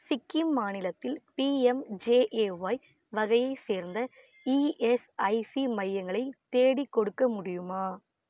சிக்கிம் மாநிலத்தில் பிஎம்ஜேஏஒய் வகையைச் சேர்ந்த இஎஸ்ஐசி மையங்களை தேடிக்கொடுக்க முடியுமா